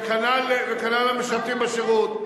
וכנ"ל המשרתים בשירות.